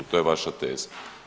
To je vaša teza.